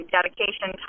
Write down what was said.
Dedication